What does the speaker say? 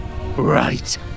right